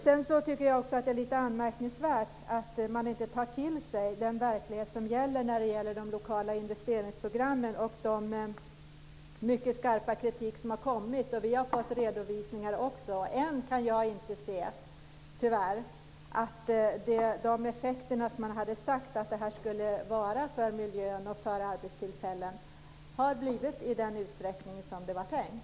Sedan tycker jag att det är lite anmärkningsvärt att man inte tar till sig den verklighet som gäller i fråga om de lokala investeringsprogrammen och den mycket skarpa kritik som har kommit. Vi har fått redovisningar. Än kan jag tyvärr inte se att de effekter som man har sagt att det här skulle innebära för miljön och arbetstillfällena har blivit i den utsträckning som det var tänkt.